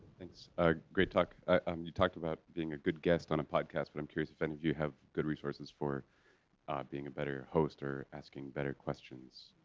thanks, ah great talk. you talked about being a good guest on a podcast but i'm curious if any of you have good resources for being a better host or asking better questions.